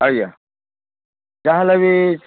ଆଜ୍ଞା ଯାହାହେଲେ ବି